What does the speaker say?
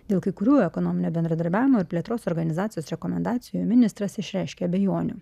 dėl kai kurių ekonominio bendradarbiavimo ir plėtros organizacijos rekomendacijų ministras išreiškė abejonių